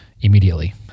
immediately